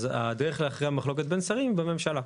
אז הדרך להכריע מחלוקת בין שרים היא בממשלה.